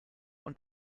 und